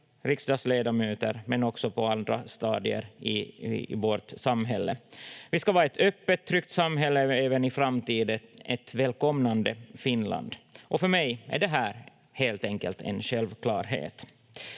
riksdagsledamöter som också på andra stadier i vårt samhälle. Vi ska vara ett öppet, tryggt samhälle även i framtiden, ett välkomnande Finland, och för mig är det här helt enkelt en självklarhet.